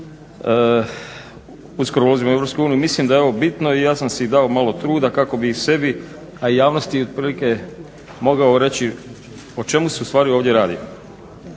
uskoro ulazimo u Europsku uniju, mislim da je ovo bitno i ja sam si dao malo truda kako bi i sebi,a i javnosti otprilike mogao reći o čemu se ustvari ovdje radi.